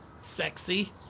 sexy